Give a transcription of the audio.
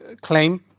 claim